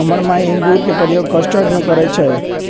हमर माय इंगूर के प्रयोग कस्टर्ड में करइ छै